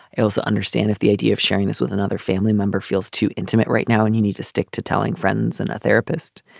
also understand if the idea of sharing this with another family member feels too intimate right now and you need to stick to telling friends and a therapist.